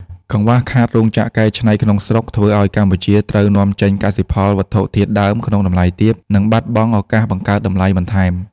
កង្វះខាតរោងចក្រកែច្នៃក្នុងស្រុក ធ្វើឱ្យកម្ពុជាត្រូវនាំចេញកសិផលវត្ថុធាតុដើមក្នុងតម្លៃទាប និងបាត់បង់ឱកាសបង្កើតតម្លៃបន្ថែម។